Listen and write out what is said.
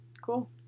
Cool